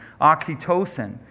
oxytocin